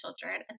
children